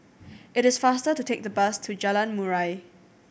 it is faster to take the bus to Jalan Murai